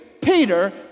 Peter